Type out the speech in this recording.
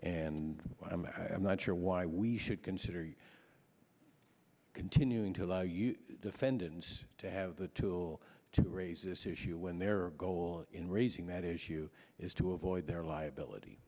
d i'm not sure why we should consider continuing to allow you defendants to have the tool to raise this issue when their goal in raising that issue is to avoid their liability